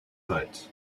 night